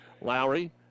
Lowry